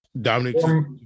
dominic